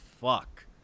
fuck